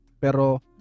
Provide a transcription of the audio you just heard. Pero